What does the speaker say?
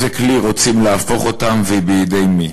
לאיזה כלי רוצים להפוך אותם ובידי מי.